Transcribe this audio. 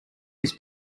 his